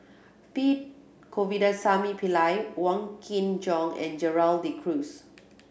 P Govindasamy Pillai Wong Kin Jong and Gerald De Cruz